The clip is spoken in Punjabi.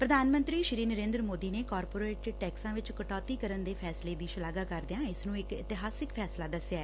ਪ੍ਧਾਨ ਮੰਤਰੀ ਨਰੇਂਦਰ ਮੋਦੀ ਨੇ ਕਾਰਪੋਰੇਟ ਟੈਕਸਾਂ ਵਿਚ ਕਟੌਤੀ ਕਰਨ ਦੇ ਫੈਸਲੇ ਦੀ ਸ਼ਲਾਘਾ ਕਰਦਿਆਂ ਇਸ ਨੁੰ ਇਕ ਇਤਿਹਾਸਕ ਫੈਸਲਾ ਦਸਿਐ